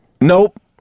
Nope